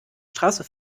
straße